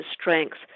strengths